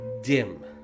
dim